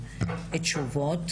לרשויות,